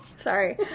Sorry